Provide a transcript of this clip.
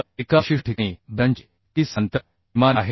तर एका विशिष्ट ठिकाणी बॅटनची किती समांतर विमाने आहेत